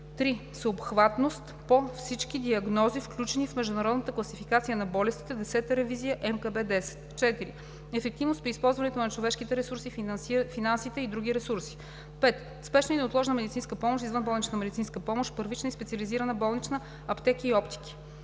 3. всеобхватност по всички диагнози, включени в Международната класификация на болестите – десета ревизия (МКБ-10); 4. ефективност при използването на човешките ресурси, финансите и други ресурси. 5. спешна и неотложна медицинска помощ, извънболнична медицинска помощ – първична и специализирана, болнична, аптеки и оптики.